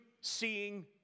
seeing